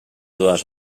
dues